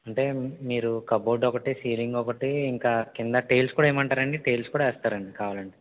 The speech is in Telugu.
అంటే మీరు కబోర్డ్ ఒకటి సీలింగ్ ఒకటి ఇంకా కింద టేల్స్ కూడా వేయమంటారా అండి టేల్స్ కూడా వేస్తారండి కావాలంటే